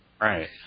Right